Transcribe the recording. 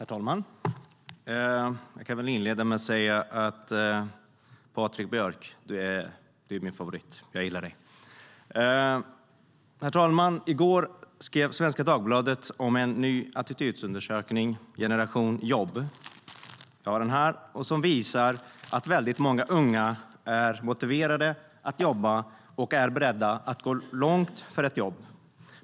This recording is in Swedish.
Herr talman! Jag kan inleda med att säga att Patrik Björck är min favorit - jag gillar honom., som jag har här. Den visar att väldigt många unga är motiverade att jobba och är beredda att gå långt för ett jobb.